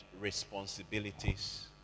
responsibilities